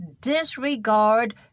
disregard